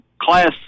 class